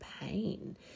pain